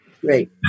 Great